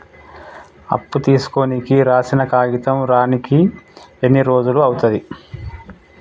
అప్పు తీసుకోనికి రాసిన కాగితం రానీకి ఎన్ని రోజులు అవుతది?